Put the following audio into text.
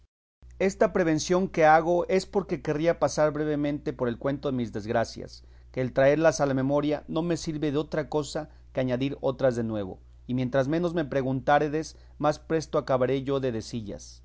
que hago es porque querría pasar brevemente por el cuento de mis desgracias que el traerlas a la memoria no me sirve de otra cosa que añadir otras de nuevo y mientras menos me preguntáredes más presto acabaré yo de decillas